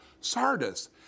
Sardis